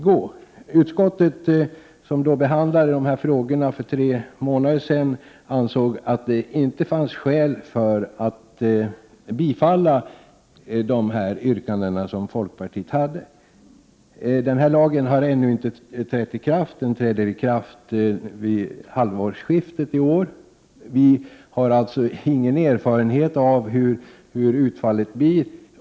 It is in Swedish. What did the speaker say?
När utskottet behandlade dessa frågor för tre månader sedan ansåg man inte att det fanns skäl att tillstyrka folkpartiets yrkanden. Lagen har ännu inte trätt i kraft. Den träder i kraft vid halvårsskiftet i år. Man har alltså ännu inte någon erfarenhet av hur utfallet blir.